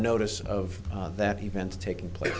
notice of that event taking place